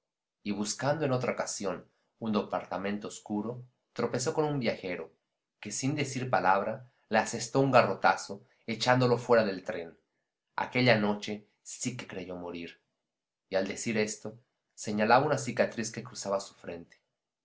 y buscando en otra ocasión un departamento oscuro tropezó con un viajero que sin decir palabra le asestó un garrotazo echándolo fuera del tren aquella noche sí que creyó morir y al decir esto señalaba una cicatriz que cruzaba su frente